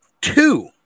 two